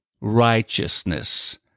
righteousness